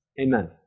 Amen